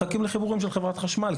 מחכים לחיבורים של חברת חשמל,